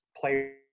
players